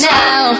now